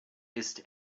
ist